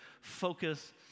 focus